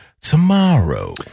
tomorrow